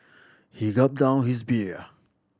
he gulped down his beer